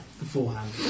beforehand